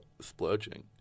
splurging